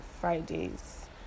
Fridays